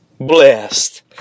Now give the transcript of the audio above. blessed